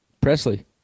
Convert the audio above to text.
Presley